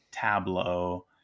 Tableau